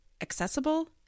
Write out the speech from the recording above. accessible